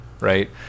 Right